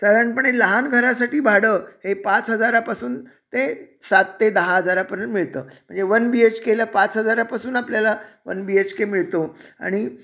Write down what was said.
साधारणपणे लहान घरासाठी भाडं हे पाच हजारापासून ते सात ते दहा हजारापर्यंत मिळतं म्हणजे वन बी एच केला पाच हजारापासून आपल्याला वन बी एच के मिळतो आणि